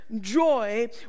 joy